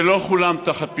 ולא כולם תחת פיקוח.